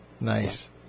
Nice